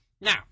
Now